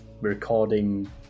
recording